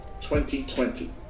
2020